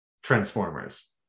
Transformers